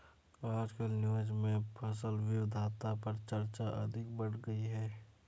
आजकल न्यूज़ में फसल विविधता पर चर्चा अधिक बढ़ गयी है